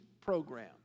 program